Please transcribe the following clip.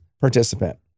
participant